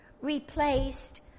replaced